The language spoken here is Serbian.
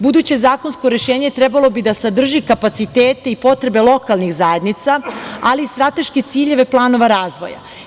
Buduće zakonsko rešenje trebalo bi da sadrži kapacitete i potrebe lokalnih zajednica, ali i strateške ciljeve planova razvoja.